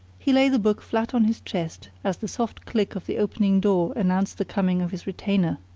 he lay the book flat on his chest as the soft click of the opening door announced the coming of his retainer.